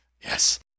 Yes